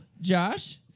Josh